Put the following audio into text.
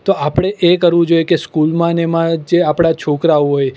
તો આપણે એ કરવું જોઈએ કે સ્કૂલમાંને એમાં જે આપણા છોકરાઓ હોય